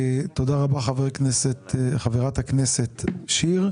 תודה רבה חברת הכנסת שיר.